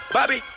Bobby